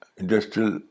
industrial